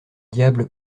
diables